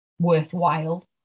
worthwhile